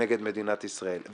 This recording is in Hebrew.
כנגד מדינת ישראל.